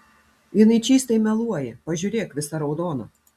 jinai čystai meluoja pažiūrėk visa raudona